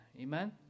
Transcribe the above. Amen